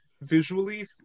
visually